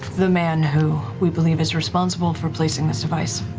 the man who we believe is responsible for placing this device.